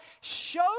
Show